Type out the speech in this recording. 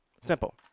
Simple